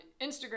Instagram